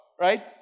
right